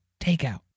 takeout